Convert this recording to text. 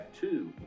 two